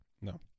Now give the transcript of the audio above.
No